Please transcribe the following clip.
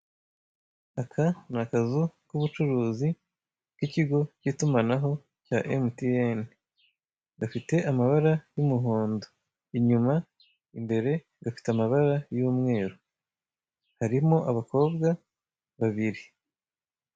Aka ni akazu k'ubucuruzi k'ikigo k'itumanaho cya emutiyeni gafite amabara y'umuhondo inyuma, imbere gafite amabara y'umweru karimo abakobwa babiri.